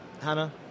hannah